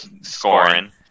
scoring